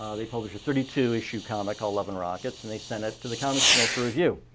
ah they published a thirty two issue comic called, love and rockets and they sent it to the comics journal for review.